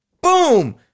boom